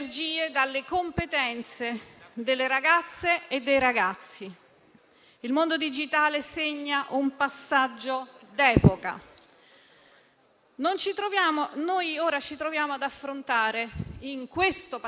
Noi ora ci troviamo ad affrontare, in questo passaggio d'epoca, anche la crisi del post-coronavirus. Naturalmente, tutti noi ci auguriamo che possiamo definirla epoca post-coronavirus,